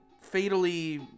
fatally